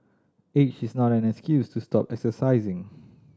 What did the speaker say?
age is not an excuse to stop exercising